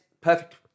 perfect